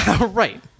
Right